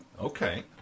Okay